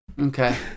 Okay